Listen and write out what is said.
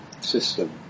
system